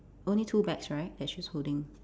only two bags right that she's holding